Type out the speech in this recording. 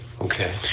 Okay